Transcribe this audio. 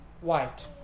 white